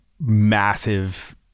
massive